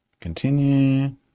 Continue